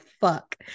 fuck